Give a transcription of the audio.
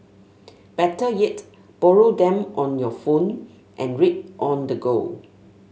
better yet borrow them on your phone and read on the go